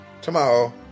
tomorrow